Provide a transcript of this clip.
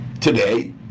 today